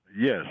Yes